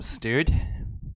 dude